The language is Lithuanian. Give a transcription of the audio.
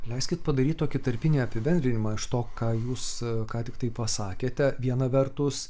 leiskit padaryti tokį tarpinį apibendrinimą iš to ką jūs ką tik tai pasakėte viena vertus